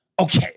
okay